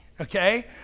Okay